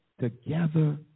together